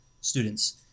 students